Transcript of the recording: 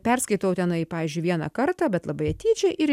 perskaitau tenai pavyzdžiui vieną kartą bet labai atidžiai ir